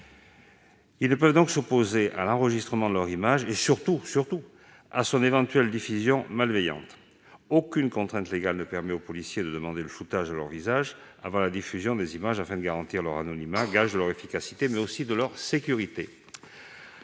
Ils ne peuvent donc s'opposer à l'enregistrement de leur image et, surtout, à son éventuelle diffusion malveillante. Aucune contrainte légale ne permet aux policiers de demander le floutage de leur visage avant la diffusion des images afin de garantir leur anonymat, floutage gage de leur efficacité, mais aussi de leur sécurité.